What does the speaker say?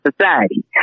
Society